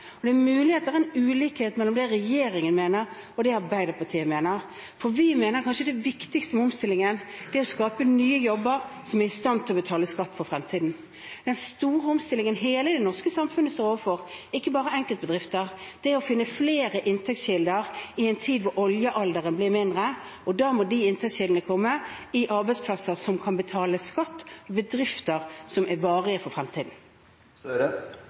Det er mulig at det er en ulikhet mellom det regjeringen mener og det Arbeiderpartiet mener, for vi mener at kanskje det viktigste med omstillingen er å skape nye jobber, slik at man er i stand til å betale skatt for fremtiden. Den store omstillingen som hele det norske samfunnet står overfor – ikke bare enkeltbedrifter – er å finne flere inntektskilder i en tid hvor oljealderen betyr mindre, og da må de inntektskildene komme i arbeidsplasser slik at man kan betale skatt, og i bedrifter som er varige for